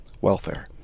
welfare